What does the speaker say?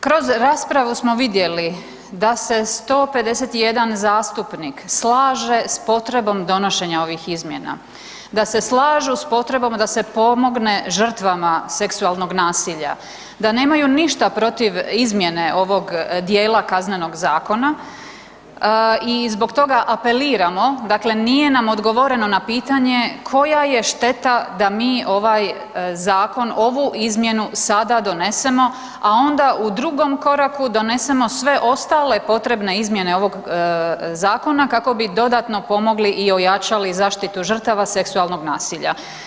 Kroz raspravu smo vidjeli da se 151 zastupnik slaže s potrebom donošenja ovih izmjena, da se slažu s potrebom da se pomogne žrtvama seksualnog nasilja, da nemaju ništa protiv izmjene ovog dijela Kaznenog zakona i zbog toga apeliramo, dakle nije nam odgovoreno na pitanje koja je šteta da mi ovaj zakon, ovu izmjenu sada donesemo, a onda u drugom koraku donesemo sve ostale potrebne izmjene ovog zakona kako bi dodatno pomogli i ojačali zaštitu žrtava seksualnog nasilja.